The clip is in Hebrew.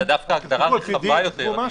זו דווקא הגדרה רחבה יותר.